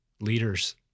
leader's